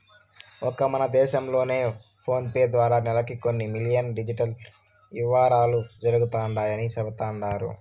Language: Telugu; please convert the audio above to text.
ఒక్క మన దేశం లోనే ఫోనేపే ద్వారా నెలకి కొన్ని మిలియన్ డిజిటల్ యవ్వారాలు జరుగుతండాయని సెబుతండారు